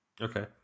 okay